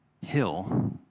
hill